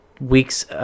weeks